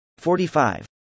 45